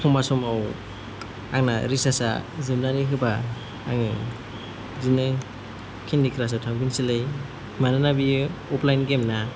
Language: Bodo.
एखम्बा समाव आंना रिसार्सआ जोबनानै होबा आङो बिदिनो केन्डि क्राश आव थांफिननोसैलाय मानोना बियो अफलाइन गेम ना